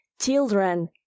children